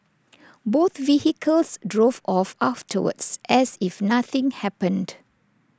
both vehicles drove off afterwards as if nothing happened